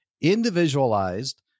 individualized